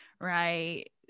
right